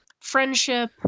friendship